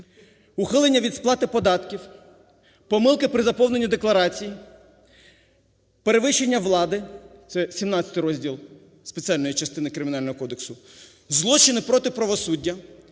ухилення від сплати податків, помилки при заповненні декларації, перевищення влади – це 17 розділ спеціальної частини Кримінального кодексу, злочини проти правосуддя.